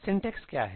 syntax क्या है